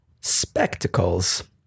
Spectacles